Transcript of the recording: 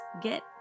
get